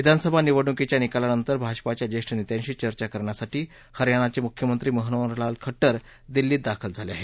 विधानसभा निवडणुकीच्या निकालानंतर भाजपाच्या ज्येष्ठ नेत्यांशी चर्चा करण्यासाठी हरयाणाचे मुख्यमंत्री मनोहरलाल खट्टर दिल्लीत दाखल झाले आहेत